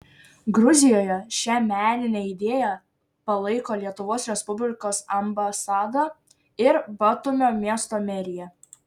gruzijoje šią meninę idėją palaiko lietuvos respublikos ambasada ir batumio miesto merija